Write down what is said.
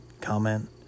comment